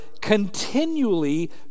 continually